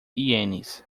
ienes